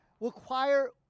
require